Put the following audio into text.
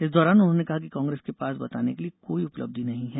इस दौरान उन्होंने कहा कि कांग्रेस के पास बताने के लिए कोई उपलब्धि नहीं है